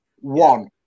One